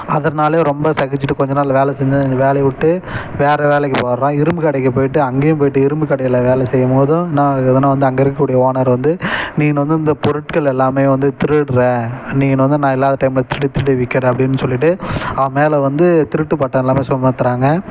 அதனாலே ரொம்ப சகிச்சிட்டு கொஞ்சம் நாள் வேலை செஞ்சு வேலையவுட்டு வேற வேலைக்கு போகிறான் இரும்பு கடைக்கு போயிட்டு அங்கேயும் போயிட்டு இரும்பு கடையில் வேலை செய்யும் போதும் நான் எதுனா வந்து அங்கே இருக்க கூடிய ஓனர் வந்து நின்று வந்து இந்த பொருட்களெல்லாம் வந்து திருடுற நீயுனு வந்து நான் இல்லாத டைமில் திருடி திருடி விற்கிற அப்டின்னு சொல்லிட்டு அவன் மேல் வந்து திருட்டு பட்டம் எல்லாம் சுமத்துகிறாங்க